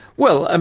well, and